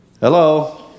Hello